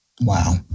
Wow